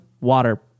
water